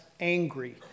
angry